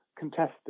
contested